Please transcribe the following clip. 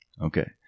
Okay